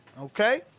okay